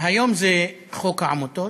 היום זה חוק העמותות,